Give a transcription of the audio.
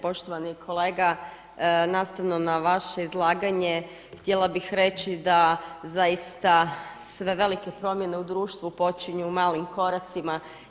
Poštovani kolega nastavno na vaše izlaganje htjela bih reći da zaista sve velike promjene u društvu počinju malim koracima.